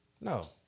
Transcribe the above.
No